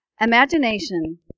Imagination